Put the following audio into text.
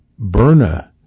Burna